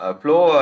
flow